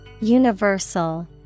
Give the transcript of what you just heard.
Universal